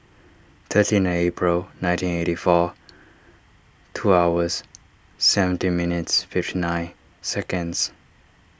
thirteen April nineteen eighty four two hours seventeen minutes fifty nine seconds